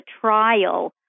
trial